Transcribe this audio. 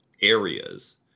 areas